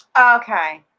Okay